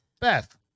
Beth